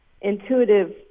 intuitive